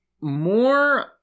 more